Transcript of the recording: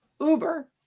Uber